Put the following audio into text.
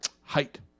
height